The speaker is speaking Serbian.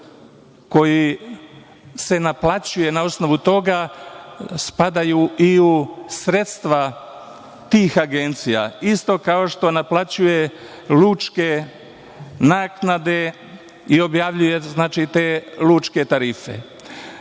koji se naplaćuje na osnovu toga, spadaju i u sredstva tih agencija, isto kao što naplaćuje lučke naknade i objavljuje te lučke tarife. Naše